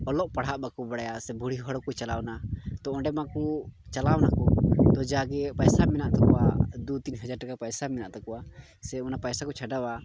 ᱚᱞᱚᱜ ᱯᱟᱲᱦᱟᱜ ᱵᱟᱠᱚ ᱵᱟᱲᱟᱭᱟ ᱥᱮ ᱵᱩᱲᱦᱤ ᱦᱚᱲ ᱠᱚ ᱪᱟᱞᱟᱣᱱᱟ ᱛᱳ ᱚᱸᱰᱮ ᱢᱟᱠᱚ ᱪᱟᱞᱟᱣ ᱱᱟᱠᱳ ᱛᱳ ᱡᱟᱜᱮ ᱯᱚᱭᱥᱟ ᱢᱮᱱᱟᱜ ᱛᱟᱠᱚᱣᱟ ᱫᱩ ᱛᱤᱱ ᱦᱟᱡᱟᱨ ᱴᱟᱠᱟ ᱯᱚᱭᱥᱟ ᱢᱮᱱᱟᱜ ᱛᱟᱠᱚᱣᱟ ᱥᱮ ᱚᱱᱟ ᱯᱚᱭᱥᱟ ᱠᱚ ᱪᱷᱟᱰᱟᱣᱟ